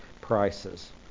prices